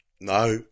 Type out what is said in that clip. no